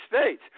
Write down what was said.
States